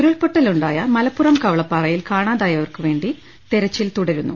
ഉരുൾപ്പൊട്ടലുണ്ടായ മലപ്പുറം കവളപ്പാറയിൽ കാണാതായ വർക്ക് വേണ്ടി തെരച്ചിൽ തുടരുന്നു